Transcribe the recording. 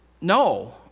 no